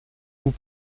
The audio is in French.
vous